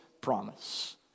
promise